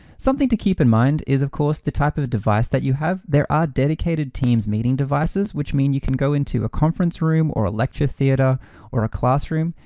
something to keep in mind is of course, the type of of device that you have. there are dedicated teams meeting devices, which mean you can go into a conference room or a lecture theater or a classroom,